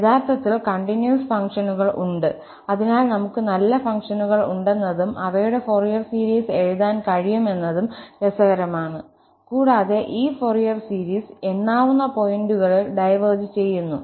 യഥാർത്ഥത്തിൽ കണ്ടിന്യൂസ് ഫംഗ്ഷനുകൾ ഉണ്ട് അതിനാൽ നമുക് നല്ല ഫംഗ്ഷനുകൾ ഉണ്ടെന്നതും അവയുടെ ഫൊറിയർ സീരീസ് എഴുതാൻ കഴിയുമെന്നതും രസകരമാണ് കൂടാതെ ഈ ഫൊറിയർ സീരീസ് എണ്ണാവുന്ന പോയിന്റുകളിൽ ഡൈവേർജ് ചെയ്യുന്നു